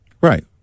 Right